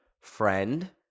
friend